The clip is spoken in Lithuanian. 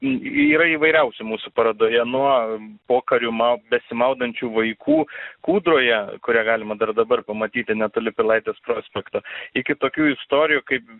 yra įvairiausi mūsų parodoje nuo pokariu mau besimaudančių vaikų kūdroje kurią galima dar dabar pamatyti netoli pilaitės prospekto iki tokių istorijų kaip